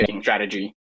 strategy